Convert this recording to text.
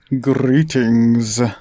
Greetings